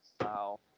Wow